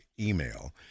email